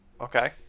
Okay